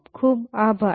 ખુબ ખુબ આભાર